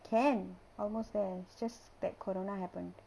can almost there it's just that corona happened